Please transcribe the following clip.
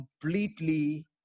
completely